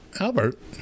Albert